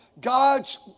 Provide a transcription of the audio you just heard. God's